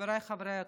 חבריי חברי הכנסת,